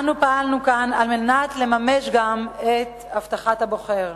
אנו פעלנו כאן על מנת לממש גם את ההבטחות לבוחר.